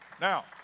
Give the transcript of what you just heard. Now